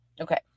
Okay